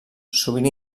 sovint